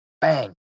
bang